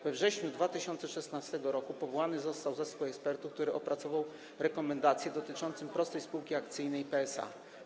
We wrześniu 2016 r. powołany został zespół ekspertów, który opracował rekomendacje dotyczące prostej spółki akcyjnej, PSA.